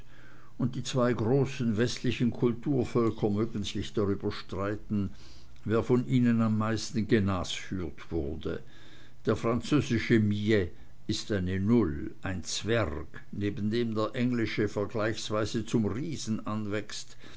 und die zwei großen westlichen kulturvölker mögen sich darüber streiten wer von ihnen am meisten genasführt wurde der französische millet ist eine null ein zwerg neben dem der englische vergleichsweise zum